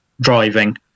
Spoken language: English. driving